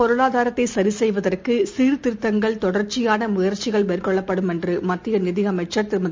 பொருளாதாரத்தைசரிசெய்வதற்குசீர்திருத்தங்கள் நாட்டின் தொடர்ச்சியானமுயற்சிகள் மேற்கொள்ளப்படும் என்றுமத்தியநிதியமைச்சர் திருமதி